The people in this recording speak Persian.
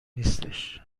نیستش